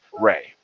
Ray